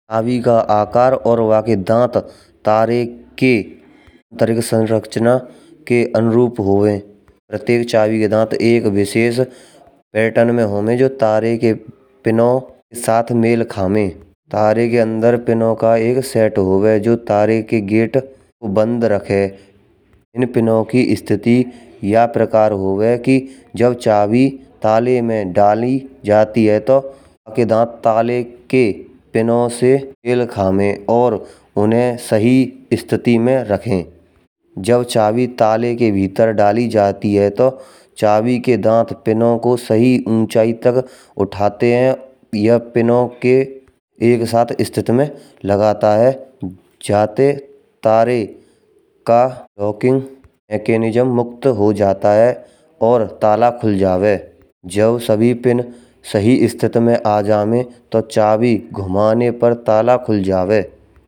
चाबी का आकार और बाके दंत तारेण के तर्क संरचना के अनुरूप होवे। प्रत्येक चाबी के दंत एक विशेष पैटर्न मा होवे जो तारेण के पिनों के साथ मेल खावे। तारेण के अंदर पिनों का एक सेट होवे जो तारेण के गेट बंद रखे, इन पिनो की स्थिति या प्रकार होवे जब चाबी ताले मा डाली जाती है तो बाके दंत ताले के पिनों से मेल खावे और उन्हें सही स्थिति मा रखे। जब ताली ताले के भीतर डाली जाती है तो चाबी के दंत पिनों को सही ऊंचाई तक उठाते है या पिनों के एक साथ स्थित मा लगाता ह। जाते तारेण का वॉकिंग मेकैनिज्म मुक्त हो जाता ह और ताला खुल जावे। जब सभी पिन सही स्थिति मा आ जामे तो चाबी घुमाने पर ताला खुल जावे।